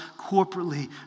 corporately